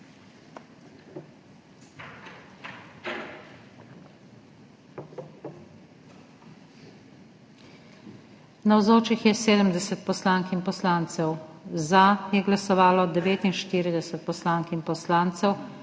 Navzočih je 70 poslank in poslancev, za je glasovalo 49, proti pa 21 poslank